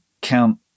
count